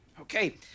Okay